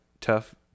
tough